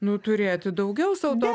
nu turėti daugiau sau to